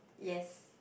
yes